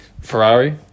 Ferrari